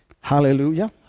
Hallelujah